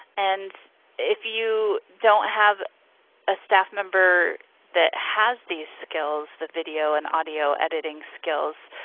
and if you don't have a staff member that has these skills, the video and audio editing skills,